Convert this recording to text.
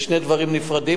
אלה שני דברים נפרדים,